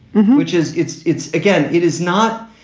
which is it's it's again, it is not.